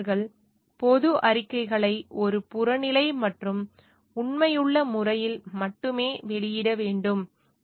பொறியாளர்கள் பொது அறிக்கைகளை ஒரு புறநிலை மற்றும் உண்மையுள்ள முறையில் மட்டுமே வெளியிட வேண்டும்